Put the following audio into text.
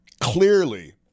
clearly